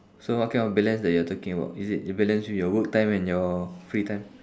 so what kind of balance that you're talking about is it your balance with your work time and your free time